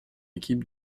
équipe